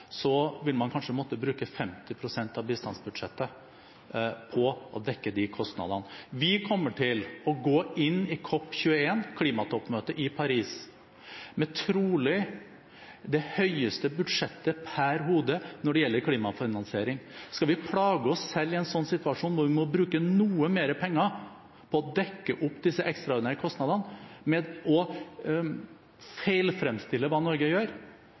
vil man kanskje måtte bruke 50 pst. av bistandsbudsjettet på å dekke kostnadene. Vi kommer til å gå inn i COP21, klimatoppmøtet i Paris, med trolig det høyeste budsjettet per hode når det gjelder klimafinansiering. Skal vi plage oss selv i en sånn situasjon hvor vi må bruke noe mer penger på å dekke opp disse ekstraordinære kostnadene, med å feilfremstille hva Norge gjør?